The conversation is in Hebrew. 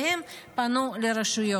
והם פנו לרשויות.